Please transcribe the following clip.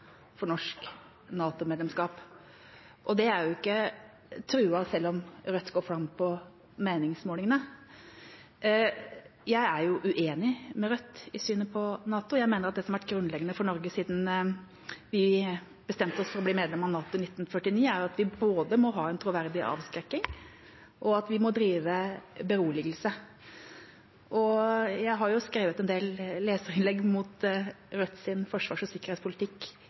for norsk NATO-medlemskap, og det er jo ikke truet selv om Rødt går fram på meningsmålingene. Jeg er uenig med Rødt i synet på NATO. Jeg mener at det som har vært grunnleggende for Norge siden vi bestemte oss for å bli medlem av NATO i 1949, er at vi både må ha en troverdig avskrekking, og at vi må drive beroligelse. Jeg har skrevet en del leserinnlegg mot Rødts forsvars- og sikkerhetspolitikk